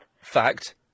Fact